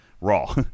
Raw